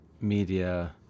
media